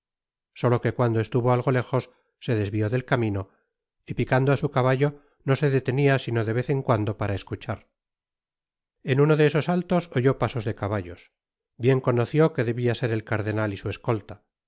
solo que cuando estuvo algo léjos se desvió del camino y picando á su caballo no se detenia sino de vez en cuando para escuchar en uno de esos altos oyó pasos de caballos bien conoció que debia ser el cardenal y su escolta